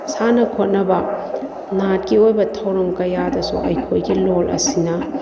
ꯁꯥꯟꯅ ꯈꯣꯠꯅꯕ ꯅꯥꯠꯀꯤ ꯑꯣꯏꯕ ꯊꯧꯔꯝ ꯀꯌꯥꯗꯁꯨ ꯑꯩꯈꯣꯏꯒꯤ ꯂꯣꯟ ꯑꯁꯤꯅ